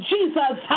Jesus